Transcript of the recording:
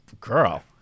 girl